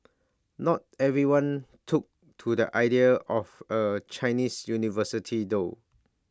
not everyone took to the idea of A Chinese university though